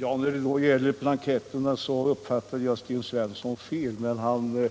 Herr talman! Vad gäller frågan om blanketterna fattade jag tydligen Sten Svensson fel, men